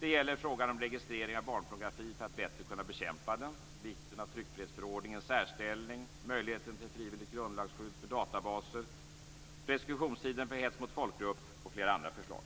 Det gäller frågan om registrering av barnpornografi för att bättre kunna bekämpa den, vikten av tryckfrihetsförordningens särställning, möjligheten till frivilligt grundlagsskydd för databaser, preskriptionstiden för hets mot folkgrupp och flera andra förslag.